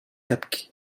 تبكي